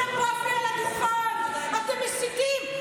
חנה בבלי על הדוכן: אתם מסיתים.